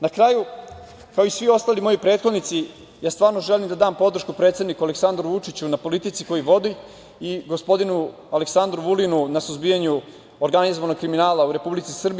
Na kraju, kao i svi ostali moji prethodnici, ja stvarno želim da dam podršku predsedniku Aleksandru Vučiću na politici koju vodi i gospodinu Aleksandru Vulinu na suzbijanju organizovanog kriminala u Republici Srbiji.